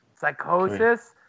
Psychosis